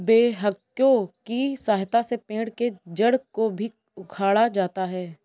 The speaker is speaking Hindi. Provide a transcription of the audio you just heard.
बेक्हो की सहायता से पेड़ के जड़ को भी उखाड़ा जाता है